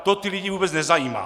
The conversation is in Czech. To ty lidi vůbec nezajímá!